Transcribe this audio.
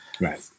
right